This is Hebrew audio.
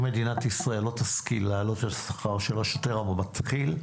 אם מדינת ישראל לא תשכיל להעלות את השכר של השוטר המתחיל,